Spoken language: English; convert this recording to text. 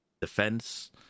defense